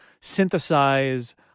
synthesize